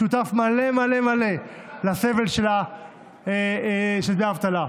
שותף מלא מלא מלא לסבל של דמי האבטלה.